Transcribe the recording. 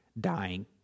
dying